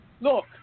Look